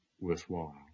worthwhile